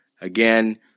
Again